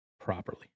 properly